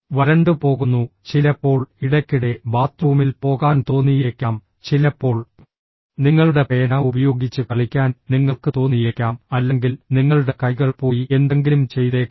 വരണ്ടുപോകുന്നു ചിലപ്പോൾ ഇടയ്ക്കിടെ ബാത്ത്റൂമിൽ പോകാൻ തോന്നിയേക്കാം ചിലപ്പോൾ നിങ്ങളുടെ പേന ഉപയോഗിച്ച് കളിക്കാൻ നിങ്ങൾക്ക് തോന്നിയേക്കാം അല്ലെങ്കിൽ നിങ്ങളുടെ കൈകൾ പോയി എന്തെങ്കിലും ചെയ്തേക്കാം